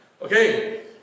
Okay